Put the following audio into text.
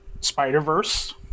spider-verse